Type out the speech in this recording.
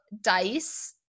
dice